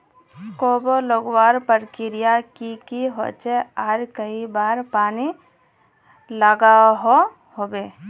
कोबी लगवार प्रक्रिया की की होचे आर कई बार पानी लागोहो होबे?